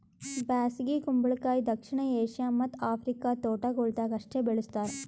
ಬ್ಯಾಸಗಿ ಕುಂಬಳಕಾಯಿ ದಕ್ಷಿಣ ಏಷ್ಯಾ ಮತ್ತ್ ಆಫ್ರಿಕಾದ ತೋಟಗೊಳ್ದಾಗ್ ಅಷ್ಟೆ ಬೆಳುಸ್ತಾರ್